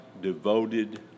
devoted